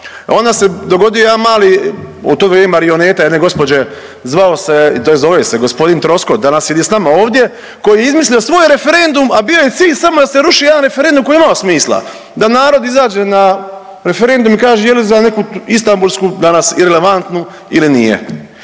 onda se dogodio jedan mali, u to vrijeme marioneta jedne gospođe zvao se, tj. zove se gospodin Troskot danas sjedni s nama ovdje koji je izmislio svoj referendum, a bio je cilj samo da se ruši jedan referendum koji je imao smisla da narod izađe na referendum je li za neku Istambulsku danas irelevantnu ili nije.